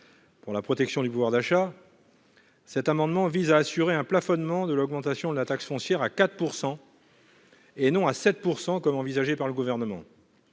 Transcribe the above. pour la protection du pouvoir d'achat, cet amendement vise à assurer un plafonnement de l'augmentation de la taxe foncière à 4 % et non à 7 % comme envisagé par le Gouvernement.